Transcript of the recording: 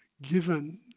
given